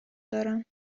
دارم